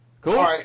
Cool